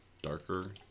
Darker